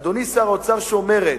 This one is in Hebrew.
אדוני שר האוצר, שאומרת: